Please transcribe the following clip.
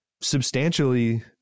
substantially